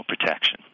protection